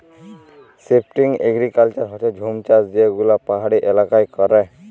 shifting agriculture হচ্যে জুম চাষ যে গুলা পাহাড়ি এলাকায় ক্যরে